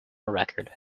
record